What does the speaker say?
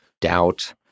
doubt